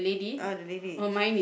ah the lady